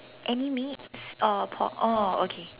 any meats oh pork oh okay